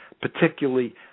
particularly